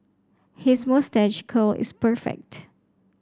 his moustache curl is perfect